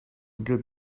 good